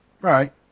Right